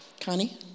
Connie